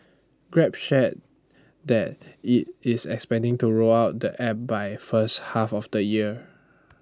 grab shared that IT is expecting to roll out the app by first half of the year